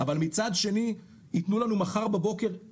אבל מצד שני יתנו לנו מחר בבוקר,